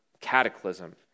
cataclysm